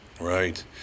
right